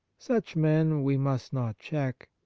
such men we must not check.